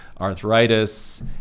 arthritis